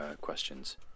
questions